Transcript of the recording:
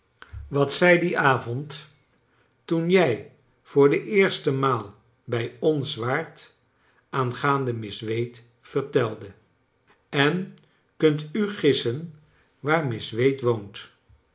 wat zij dien avond toen jij voor de eerste maal bij ons waart aangaande miss wade vertelde en kunt u gissen waar miss wade woont